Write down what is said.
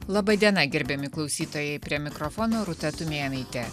laba diena gerbiami klausytojai prie mikrofono rūta tumėnaitė